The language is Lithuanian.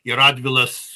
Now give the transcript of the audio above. ir radvilas